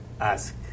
ask